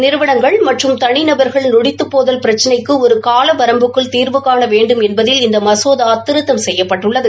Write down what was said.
நிறுவனங்கள் மற்றும் தனிநபர்கள் நொடித்துப்போதல் பிச்சினைக்கு ஒரு கால வரம்புக்குள் தீர்வு காண வேண்டும் என்பதில் இந்த மசோதா திருத்தம் செய்யப்பட்டுள்ளது